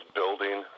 building